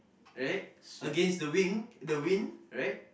right against the wing the wind right